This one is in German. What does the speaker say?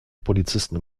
polizisten